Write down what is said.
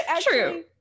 true